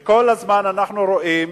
אנחנו כל הזמן רואים